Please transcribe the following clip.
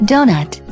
Donut